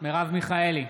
מרב מיכאלי,